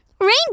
rainbow